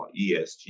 ESG